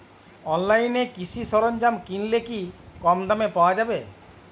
অনলাইনে কৃষিজ সরজ্ঞাম কিনলে কি কমদামে পাওয়া যাবে?